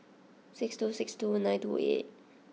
six two six two nine two eight eight